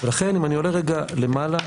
ולכן אם אני עולה רגע למעלה,